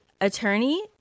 attorney